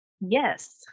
Yes